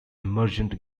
emergent